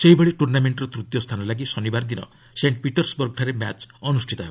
ସେହିଭଳି ଟୁର୍ଣ୍ଣାମେଣ୍ଟର ତୂତୀୟ ସ୍ଥାନ ଲାଗି ଶନିବାର ଦିନ ସେଣ୍ଟ୍ ପିଟର୍ସବର୍ଗଠାରେ ମ୍ୟାଚ୍ ଅନୁଷ୍ଠିତ ହେବ